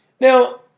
now